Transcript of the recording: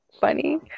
funny